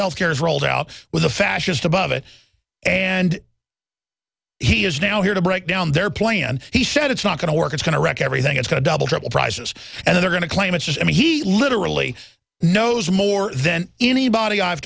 health care is rolled out with a fascist above it and he is now here to break down their plan he said it's not going to work it's going to wreck everything it's got double trouble prizes and they're going to claim it's just i mean he literally knows more than anybody i've